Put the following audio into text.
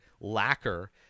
lacquer